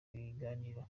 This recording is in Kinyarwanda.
biganiro